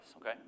Okay